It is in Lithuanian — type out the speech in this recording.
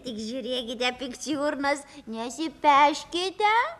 tik žiūrėkite pikčiurnos nesipeškite